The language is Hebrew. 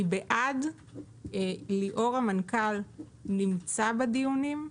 אני בעד, ליאור המנכ"ל נמצא בדיונים,